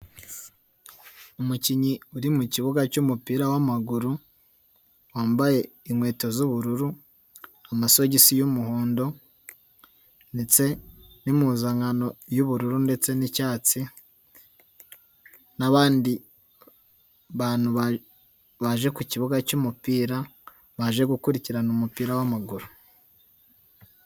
Umukinnyi uri mu kibuga cy'umupira w'amaguru, wambaye inkweto z'ubururu, amasogisi y'umuhondo ndetse n'impuzankano y'ubururu ndetse n'icyatsi n'abandi bantu baje ku kibuga cy'umupira, baje gukurikirana umupira w'amaguru.